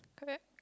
correct